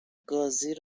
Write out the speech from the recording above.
گازی